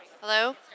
hello